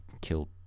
kill